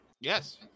Yes